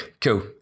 cool